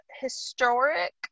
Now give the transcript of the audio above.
historic